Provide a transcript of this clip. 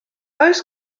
oes